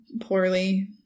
poorly